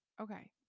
Okay